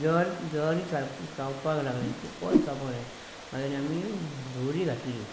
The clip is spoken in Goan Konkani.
जर जयारी चावपाक लागले खुबच चावपाक लागले मागीर आमी धुंवरी घातली